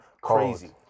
Crazy